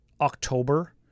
October